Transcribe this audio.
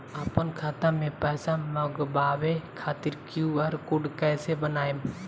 आपन खाता मे पैसा मँगबावे खातिर क्यू.आर कोड कैसे बनाएम?